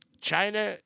China